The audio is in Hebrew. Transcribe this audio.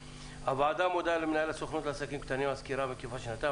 הוועדה מודה למנהל הסוכנות לעסקים קטנים על הסקירה המקיפה שנתן.